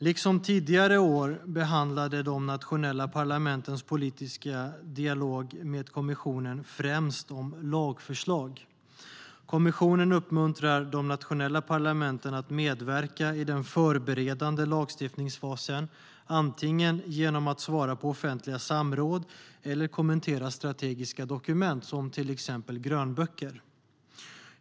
Liksom tidigare år handlade de nationella parlamentens politiska dialog med kommissionen främst om lagförslag. Kommissionen uppmuntrar de nationella parlamenten att medverka i den förberedande lagstiftningsfasen, antingen genom att svara på offentliga samråd eller genom att kommentera strategiska dokument som till exempel grönböcker.